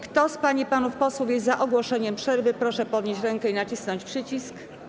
Kto z pań i panów posłów jest za ogłoszeniem przerwy, proszę podnieść rękę i nacisnąć przycisk.